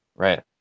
Right